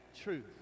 truth